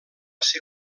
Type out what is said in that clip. ser